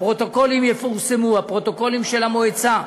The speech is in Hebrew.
הפרוטוקולים יפורסמו, הפרוטוקולים של המועצה.